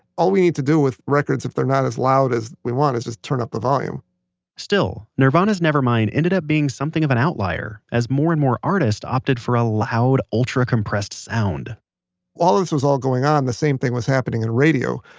all we need to do with records if they're not as loud as we want is just turn up the volume still, nirvana's nevermind ended up being something of an outlier, as more and more artists opted for a loud, ultra-compressed sound while this was all going on, the same thing was happening in radio.